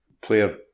player